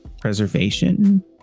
preservation